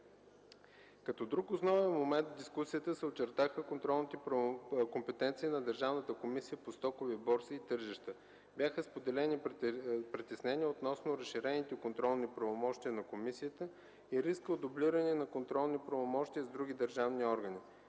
Като друг основен момент в дискусията се очертаха контролните компетенции на Държавната комисия по стоковите борси и тържищата. Бяха споделени притеснения относно разширените контролни правомощия на комисията и риска от дублиране на контролни правомощия с други държавни органи.